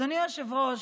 אדוני היושב-ראש,